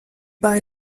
bei